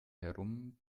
herum